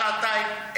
שעתיים,